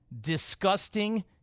disgusting